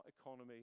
economy